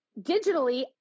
digitally